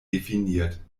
definiert